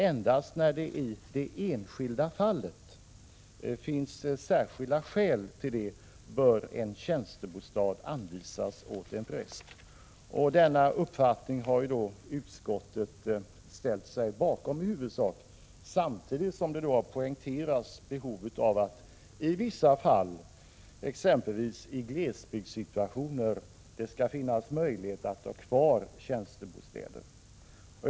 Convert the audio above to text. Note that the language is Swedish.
Endast när det i det enskilda fallet finns särskilda skäl till det bör en tjänstebostad anvisas åt en präst.” Denna uppfattning har utskottet ställt sig bakom i huvudsak, samtidigt som det har poängterat behovet av att i vissa fall, exempelvis i glesbygdssituationer, kan det finnas möjlighet att ha kvar tjänstebostäder.